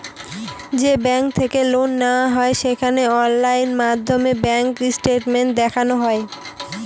যে ব্যাঙ্ক থেকে লোন নেওয়া হয় সেখানে অনলাইন মাধ্যমে ব্যাঙ্ক স্টেটমেন্ট দেখানো হয়